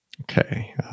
okay